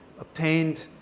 obtained